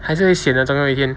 还是会 sian 的总有一天